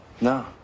No